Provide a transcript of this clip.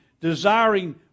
desiring